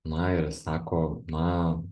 na ir jis sako na